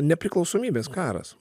nepriklausomybės karas